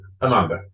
Amanda